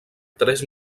tres